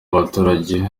baturage